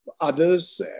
others